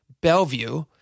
Bellevue